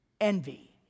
envy